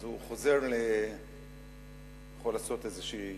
אז הוא חוזר לעשות פה תיקון.